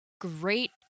great